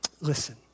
listen